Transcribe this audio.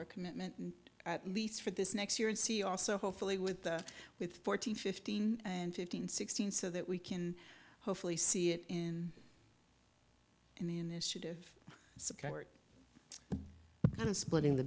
our commitment at least for this next year and see also hopefully with that with fourteen fifteen and fifteen sixteen so that we can hopefully see it in the initiative support splitting the